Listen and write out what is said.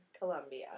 Colombia